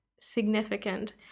significant